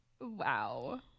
wow